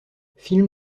film